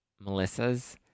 Melissa's